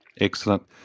Excellent